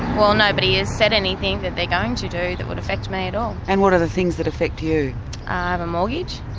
well nobody has said anything that they're going to do that would affect me at all. and what are the things that affect you? i have a mortgage,